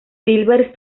silver